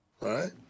right